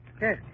Yes